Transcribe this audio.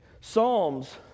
Psalms